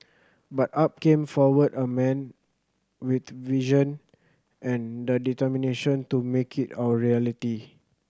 but up came forward a man with vision and the determination to make it our reality